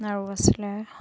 আৰু আছিলে